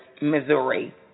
Missouri